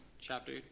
chapter